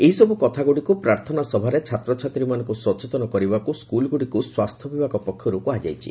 ଏହିସବୁ କଥାଗୁଡ଼ିକୁ ପ୍ରାର୍ଥନା ସଭାରେ ଛାତ୍ରଛାତ୍ରୀମାନଙ୍କୁ ସଚେତନ କରିବାକୁ ସ୍କୁଲ୍ଗୁଡ଼ିକୁ ସ୍ୱାସ୍ସ୍ୟବିଭାଗ ପକ୍ଷରୁ କୁହାଯାଇଛି